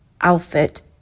outfit